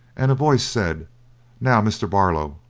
and a voice said now, mr. barlow,